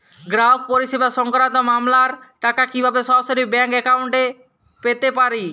গ্রাহক পরিষেবা সংক্রান্ত মামলার টাকা কীভাবে সরাসরি ব্যাংক অ্যাকাউন্টে পেতে পারি?